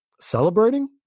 Celebrating